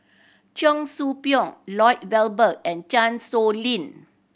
Cheong Soo Pieng Lloyd Valberg and Chan Sow Lin